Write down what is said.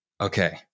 Okay